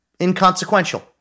inconsequential